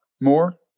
more